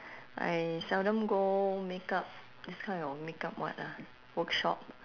I seldom go makeup this kind of makeup what ah workshop